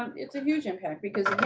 um it's a huge impact, because,